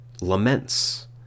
laments